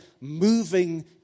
moving